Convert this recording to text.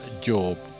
Job